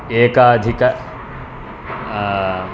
एकाधिक